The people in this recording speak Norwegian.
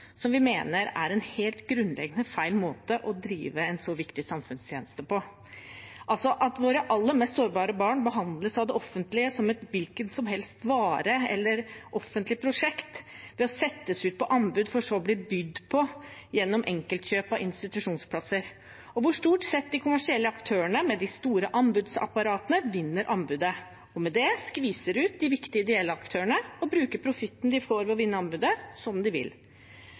som vi mener er en helt grunnleggende feil måte å drive en så viktig samfunnstjeneste på – at våre aller mest sårbare barn behandles av det offentlige som en hvilken som helst vare eller et offentlig prosjekt ved å settes ut på anbud, for så å bli bydd på gjennom enkeltkjøp av institusjonsplasser, og hvor de kommersielle aktørene med de store anbudsapparatene stort sett vinner anbudet, og med det skviser ut de viktige ideelle aktørene og bruker profitten de får ved å vinne anbudene, som de vil.